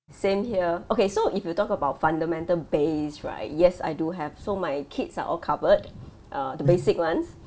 same here okay so if you talk about fundamental base right yes I do have so my kids are all covered uh the basic ones